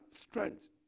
strength